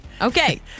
Okay